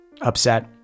upset